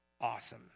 Awesome